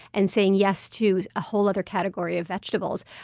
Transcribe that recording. and saying yes to a whole other category of vegetables.